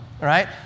right